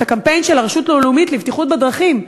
את הקמפיין של הרשות הלאומית לבטיחות בדרכים,